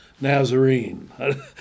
Nazarene